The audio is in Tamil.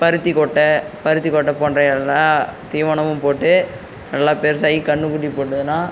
பருத்திக்கொட்டை பருத்திக்கொட்டை போன்ற எல்லா தீவனமும் போட்டு நல்லா பெருசாகி கன்னுக்குட்டி போட்டதின்னா